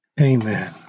Amen